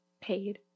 paid